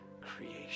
creation